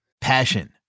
Passion